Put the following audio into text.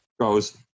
goes